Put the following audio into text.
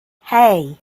hey